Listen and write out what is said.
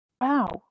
Wow